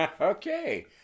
Okay